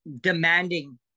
demanding